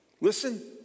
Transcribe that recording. listen